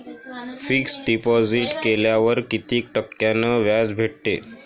Fix deposit केल्यावर कितीक टक्क्यान व्याज भेटते?